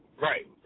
Right